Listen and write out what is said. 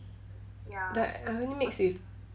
that I only mix with